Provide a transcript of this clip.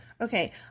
Okay